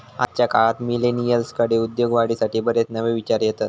आजच्या काळात मिलेनियल्सकडे उद्योगवाढीसाठी बरेच नवे विचार येतत